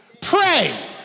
Pray